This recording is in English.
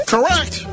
Correct